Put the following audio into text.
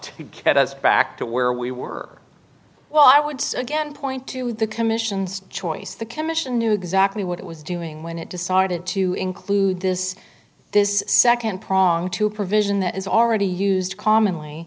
to get us back to where we were well i would again point to the commission's choice the commission knew exactly what it was doing when it decided to include this this nd prong to provision that is already used commonly